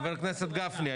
חבר הכנסת גפני,